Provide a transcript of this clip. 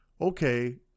okay